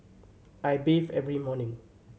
I bathe every morning